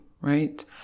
right